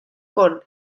con